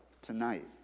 tonight